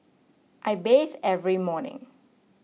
I bathe every morning